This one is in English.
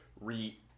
re